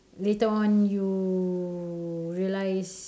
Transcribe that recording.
later on you realise